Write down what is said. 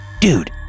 Dude